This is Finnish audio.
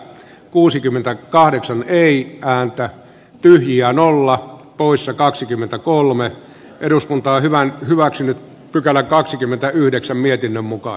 kuusikymmentä kahdeksan ei haluta tiljanolla kuluissa kaksikymmentäkolme a eduskuntaa hyvään hyväksynyt pykälä kaksikymmentäyhdeksän mietinnön mukaan